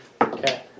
Okay